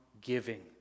giving